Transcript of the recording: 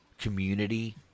community